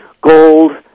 gold